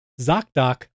ZocDoc